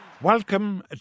Welcome